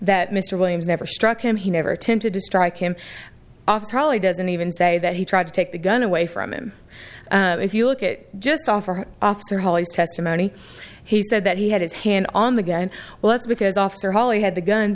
that mr williams never struck him he never attempted to strike him off charlie doesn't even say that he tried to take the gun away from him if you look at just offer officer holly's testimony he said that he had his hand on the gun well that's because officer holly had the gun